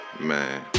man